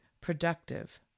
productive